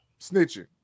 Snitching